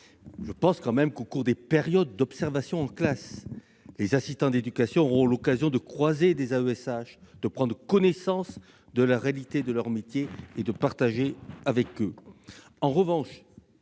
Je pense quand même que, au cours des périodes d'observation en classe, les assistants d'éducation auront l'occasion de croiser des AESH, de prendre connaissance de la réalité de leur métier, et de partager avec eux.